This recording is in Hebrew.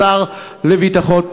היות שעדיין לא חזרו מהרוויזיה,